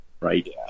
right